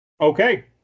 Okay